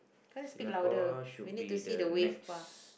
try to speak louder we need to see the wave bar